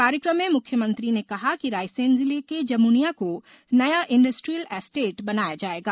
कार्यक्रम में मुख्यमंत्री ने कहा कि रायसेन जिले के जमुनिया को नया इंडस्ट्रियल एस्टेट बनाया जाएगा